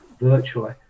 virtually